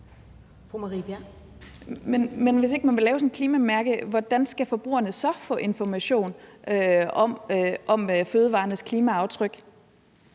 hvis ikke man vil lave sådan et klimamærke, hvordan skal forbrugerne så få information om fødevarernes klimaaftryk?